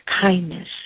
kindness